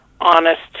honest